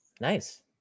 Nice